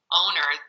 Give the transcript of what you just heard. owner